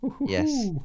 Yes